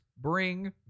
bring